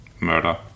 murder